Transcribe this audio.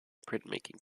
printmaking